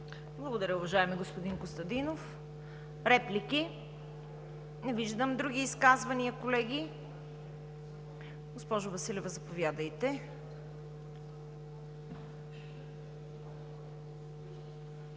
Благодаря, уважаеми господин Костадинов. Реплики? Не виждам. Други изказвания, колеги? Госпожо Василева, заповядайте.